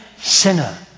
sinner